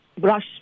brush